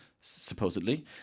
supposedly